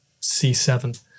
C7